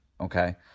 Okay